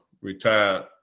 retired